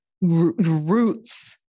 roots